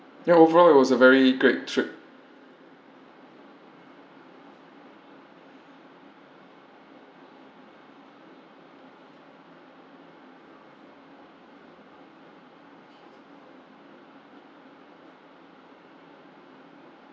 ya overall it was a very great trip